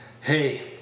Hey